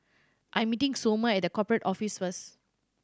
I'm meeting Somer at The Corporate Office first